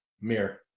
Mirror